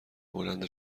بلند